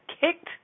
kicked